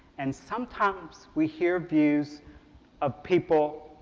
and sometimes we hear views of people,